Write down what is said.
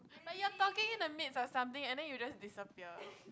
but you're talking in the midst of something and then you just disappear